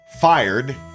fired